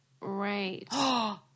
right